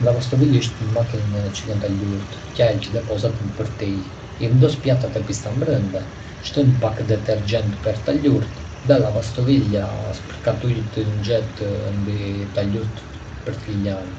Një lavastovilje është një makinë që lan talurt, qelkj dhe posatën për ty. I vendos pjatat e pista brenda, shton pak detergjent per talurt, dhe lavastovilja spërkat ujë të nxehtë mbi talurt për t'i lan.